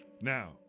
Now